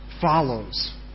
follows